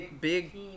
big